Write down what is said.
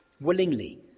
willingly